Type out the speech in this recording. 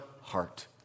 heart